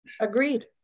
Agreed